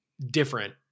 different